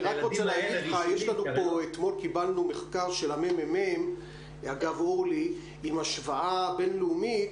אתמול קיבלנו מחקר של הממ"מ עם השוואה בין-לאומית,